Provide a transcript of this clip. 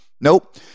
Nope